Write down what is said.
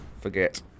forget